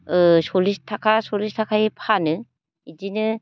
ओ सल्लिस थाखा सल्लिस थाखायै फानो इदिनो